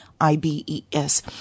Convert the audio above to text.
IBES